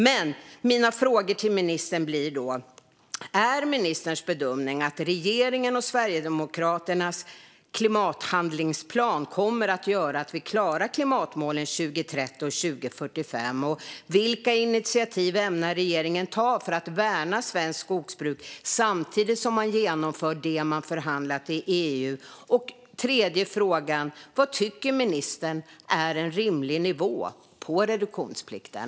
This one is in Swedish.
Men mina frågor till ministern blir då: Är ministerns bedömning att regeringens och Sverigedemokraternas klimathandlingsplan kommer att göra att vi klarar klimatmålen 2030 och 2045? Vilka initiativ ämnar regeringen ta för att värna svenskt skogsbruk samtidigt som man genomför det som man förhandlat i EU? Och vad tycker ministern är en rimlig nivå på reduktionsplikten?